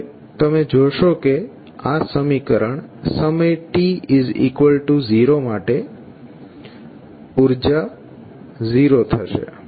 હવે તમે જોશો કે આ સમીકરણ સમય t0 માટે તો ઉર્જા 0 થશે